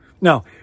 Now